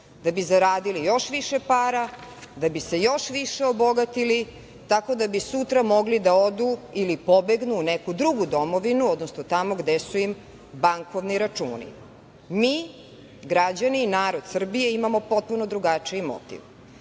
da bi zaradili još više para, da bi se još više obogatili, tako da bi sutra mogli da odu ili pobegnu u neku drugu domovinu, odnosno tamo gde su im bankovni računi. Mi, građani, narod Srbije, imamo potpuno drugačiji motiv.